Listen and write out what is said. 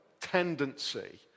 tendency